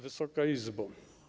Wysoka Izbo!